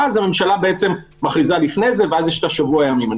בעצם הממשלה מכריזה לפני זה ויש שבוע ימים.